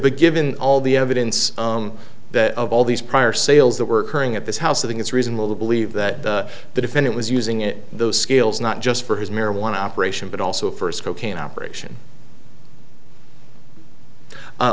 be given all the evidence that of all these prior sales that work during at this house i think it's reasonable to believe that the defendant was using it those skills not just for his marijuana operation but also first cocaine operation